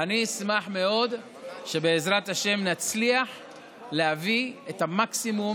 אני אשמח מאוד שבעזרת השם נצליח להביא את המקסימום